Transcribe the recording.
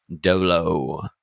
dolo